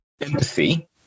empathy